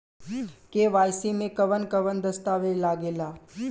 KYC में कवन कवन दस्तावेज लागे ला?